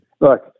Look